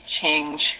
change